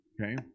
okay